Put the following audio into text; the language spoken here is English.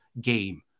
game